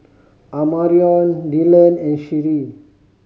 Amarion Dillon and Sheree